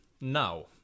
now